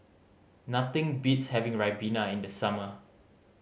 nothing beats having ribena in the summer